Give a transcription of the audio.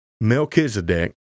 Melchizedek